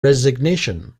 resignation